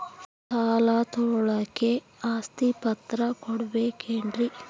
ಸಾಲ ತೋಳಕ್ಕೆ ಆಸ್ತಿ ಪತ್ರ ಕೊಡಬೇಕರಿ?